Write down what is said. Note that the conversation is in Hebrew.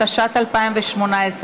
התשע"ט 2018,